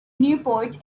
newport